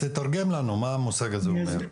תתרגם לנו מה המושג הזה אומר.